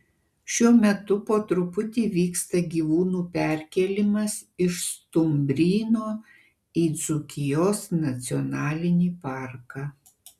šiuo metu po truputį vyksta gyvūnų perkėlimas iš stumbryno į dzūkijos nacionalinį parką